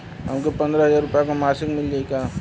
हमके पन्द्रह हजार रूपया क मासिक मिल जाई का?